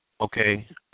Okay